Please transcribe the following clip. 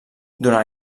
durant